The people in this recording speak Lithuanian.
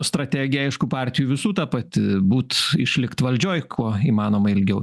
strategija aišku partijų visų ta pati būt išlikt valdžioj kuo įmanoma ilgiau